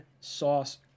Sauce